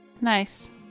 Nice